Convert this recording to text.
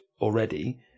already